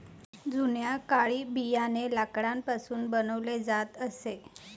जुन्या काळी बियाणे लाकडापासून बनवले जात असे